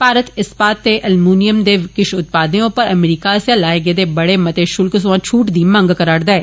भारत इस्पात दे एल्यूमिनियम दे किश उत्पादे उप्पर अमरीका आस्सेया लाए दे बड़े मते श्ल्क सोयां छूट दी मंग करा रदा ऐ